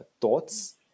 thoughts